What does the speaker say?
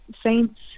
saints